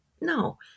no